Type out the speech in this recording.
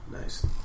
Nice